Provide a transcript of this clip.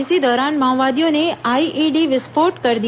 इसी दौरान माओवादियों ने आईईडी विस्फोट कर दिया